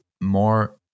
more